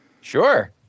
Sure